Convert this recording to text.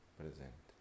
presente